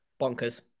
Bonkers